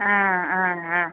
ആ ആ ആ ആ